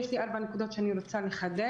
יש לי ארבע נקודות שאני רוצה לחדד.